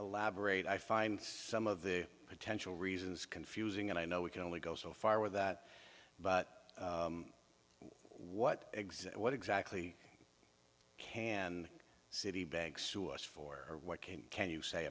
elaborate i find some of the potential reasons confusing and i know we can only go so far with that but what exit what exactly can city bag sue us for or what came can you say